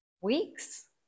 weeks